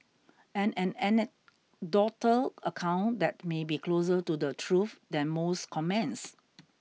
and an anecdotal account that may be closer to the truth than most comments